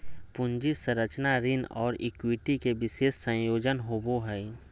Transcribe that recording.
पूंजी संरचना ऋण और इक्विटी के विशेष संयोजन होवो हइ